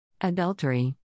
Adultery